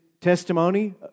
testimony